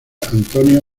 antonio